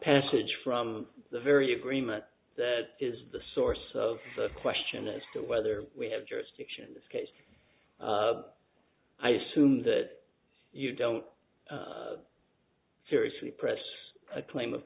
passage from the very agreement that is the source of the question as to whether we have jurisdiction in this case i assume that you don't seriously press a claim of